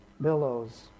billows